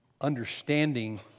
Understanding